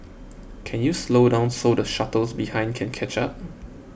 can you slow down so the shuttles behind can catch up